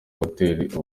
hoteli